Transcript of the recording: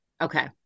Okay